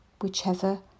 Whichever